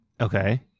Okay